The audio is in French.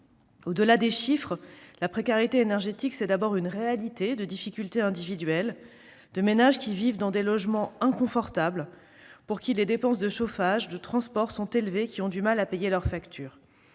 Au-delà des chiffres, la précarité énergétique est d'abord une réalité de difficultés individuelles, de ménages qui vivent dans un logement inconfortable, pour qui les dépenses de chauffage et de transport sont élevées, qui ont du mal à payer leurs factures.